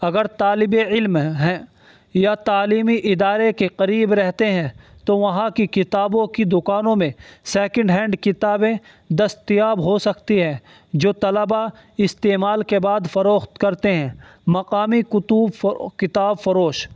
اگر طالب علم ہیں یا تعلیمی ادارے کے قریب رہتے ہیں تو وہاں کی کتابوں کی دکانوں میں سیکنڈ ہینڈ کتابیں دستیاب ہو سکتی ہیں جو طلبہ استعمال کے بعد فروخت کرتے ہیں مقامی کتب کتاب فروش